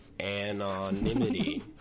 Anonymity